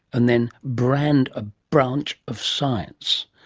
and then brand a branch of science?